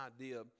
idea